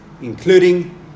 including